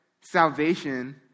salvation